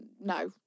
No